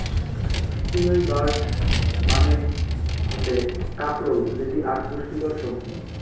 spiny gourd মানে হসে কাঁকরোল যেটি আক পুষ্টিকর সবজি